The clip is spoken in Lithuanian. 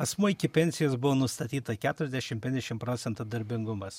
asmuo iki pensijos buvo nustatyta keturiasdešim penkiasdešim procentų darbingumas